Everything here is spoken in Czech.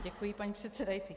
Děkuji, paní předsedající.